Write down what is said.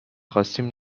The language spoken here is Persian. خواستیم